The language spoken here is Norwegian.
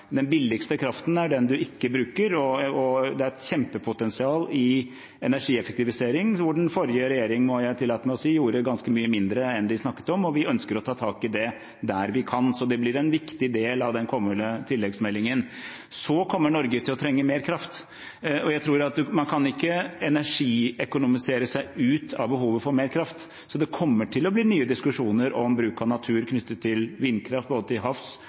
den kraften vi allerede har. Den billigste kraften er den man ikke bruker, og det er et kjempepotensial i energieffektivisering, hvor den forrige regjeringen gjorde ganske mye mindre, må jeg tillate meg å si, enn den snakket om, og vi ønsker å ta tak i det der vi kan. Det blir en viktig del av den kommende tilleggsmeldingen. Norge kommer til å trenge mer kraft. Jeg tror ikke man kan energiøkonomisere seg ut av behovet for mer kraft, så det kommer til å bli nye diskusjoner om bruk av natur knyttet til vindkraft både til havs